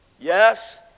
Yes